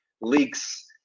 leaks